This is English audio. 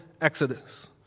exodus